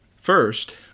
First